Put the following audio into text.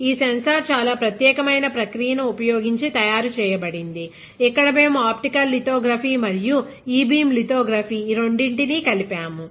ఈ సెన్సార్ చాలా ప్రత్యేకమైన ప్రక్రియను ఉపయోగించి తయారు చేయబడింది ఇక్కడ మేము ఆప్టికల్ లితోగ్రఫీ మరియు ఇ బీమ్ లితోగ్రఫీ ఈ రెండింటినీ కలిపాము